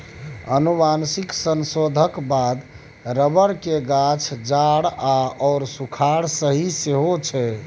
आनुवंशिक संशोधनक बाद रबर केर गाछ जाड़ आओर सूखाड़ सहि सकै छै